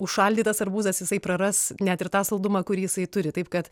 užšaldytas arbūzas jisai praras net ir tą saldumą kurį jisai turi taip kad